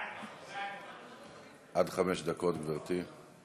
עד חמש דקות, גברתי.